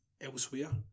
elsewhere